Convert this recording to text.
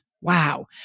Wow